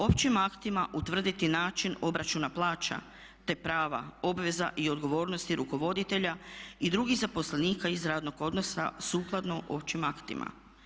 Općim aktima utvrditi način obračuna plaća te prava, obveza i odgovornosti rukovoditelja i drugih zaposlenika iz radnog odnosa sukladno općim aktima.